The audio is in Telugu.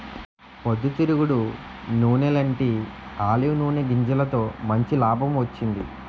పొద్దు తిరుగుడు నూనెలాంటీ ఆలివ్ నూనె గింజలతో మంచి లాభం వచ్చింది